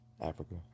Africa